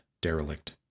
derelict